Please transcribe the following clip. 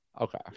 Okay